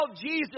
Jesus